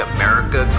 America